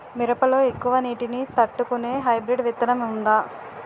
మిరప లో ఎక్కువ నీటి ని తట్టుకునే హైబ్రిడ్ విత్తనం వుందా?